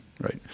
right